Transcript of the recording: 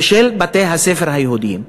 ושל בתי-הספר היהודיים.